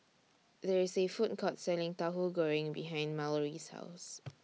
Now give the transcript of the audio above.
There IS A Food Court Selling Tahu Goreng behind Mallory's House